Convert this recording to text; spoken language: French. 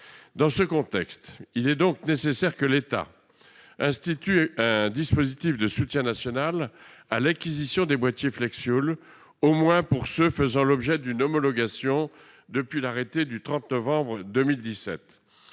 Dans ce contexte, il est nécessaire que l'État institue un dispositif de soutien national à l'acquisition des boîtiers flexfuel, au moins pour ceux qui font l'objet d'une homologation depuis l'arrêté du 30 novembre 2017.